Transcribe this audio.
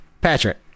Patrick